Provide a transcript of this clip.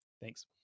Thanks